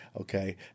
Okay